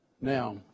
Now